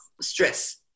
stress